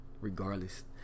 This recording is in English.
regardless